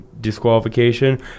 disqualification